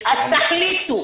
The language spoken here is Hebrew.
אז תחליטו.